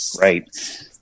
Right